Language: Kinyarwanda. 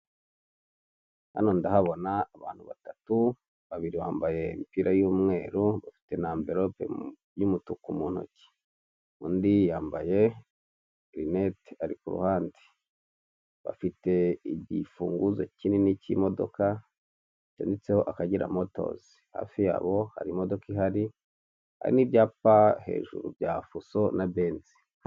Hano ndahabona abantu batatu, babiri bambaye imipira y'umweru, bafite na amverope y'umutuku mu ntoki, undi yambaye rineti ari ku ruhande, bafite igifunguzo kinini cy'imodoka cyanditseho Akagera motozi. Hafi yabo hari imodoka ihari, hari n'ibyapa hejuru bya fuso na benzi.